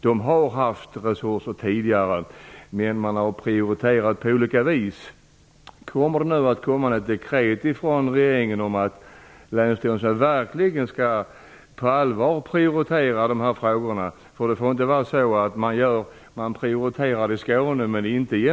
De har haft resurser tidigare, men de har prioriterat på olika vis. Kommer det nu ett dekret från regeringen om att länsstyrelserna verkligen på allvar skall prioritera dessa frågor? Det får inte bli på det sättet att man prioriterar i Skåne men inte i